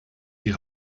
die